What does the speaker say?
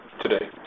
today